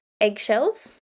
eggshells